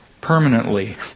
permanently